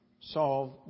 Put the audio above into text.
solve